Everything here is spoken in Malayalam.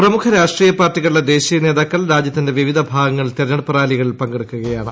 പ്രമുഖ രാഷ്ട്രീയ പാർട്ടികളുടെ ദേശീയ നേതാക്കൾ രാജൃത്തിന്റെ വിവിധ ഭാഗങ്ങളിൽ തെരഞ്ഞെടുപ്പ് റാലികളിൽ പങ്കെടുക്കുകയാണ്